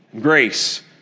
grace